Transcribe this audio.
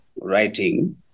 writing